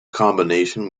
combination